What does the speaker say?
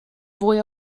fwy